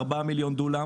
ארבעה מיליון דונם,